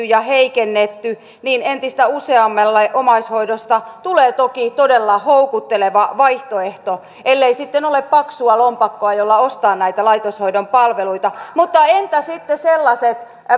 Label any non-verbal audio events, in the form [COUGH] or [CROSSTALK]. [UNINTELLIGIBLE] ja heikennetty niin entistä useammalle omaishoidosta tulee toki todella houkutteleva vaihtoehto ellei sitten ole paksua lompakkoa jolla ostaa näitä laitoshoidon palveluita mutta entä sitten sellaiset